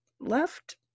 left